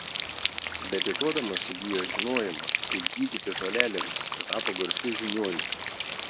medituodamas įgijo žinojimą kaip gydyti žolelėmis ir tapo garsiu žiniuoniu